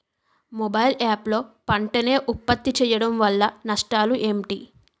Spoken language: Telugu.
మొబైల్ యాప్ లో పంట నే ఉప్పత్తి చేయడం వల్ల నష్టాలు ఏంటి?